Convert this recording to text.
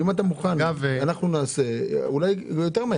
אם אתה מוכן, אפשר לעשות את זה יותר מהר.